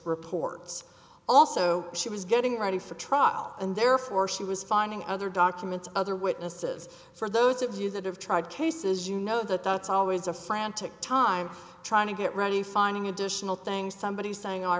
reports also she was getting ready for trial and therefore she was finding other documents other witnesses for those of you that have tried cases you know that that's always a frantic time trying to get ready finding additional things somebody saying i